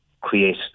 create